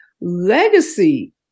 legacy